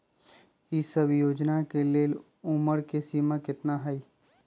ई सब योजना के लेल उमर के सीमा केतना हई?